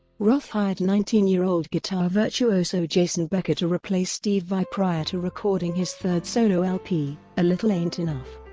roth hired nineteen year old guitar virtuoso jason becker to replace steve vai prior to recording his third solo lp, a little ain't enough.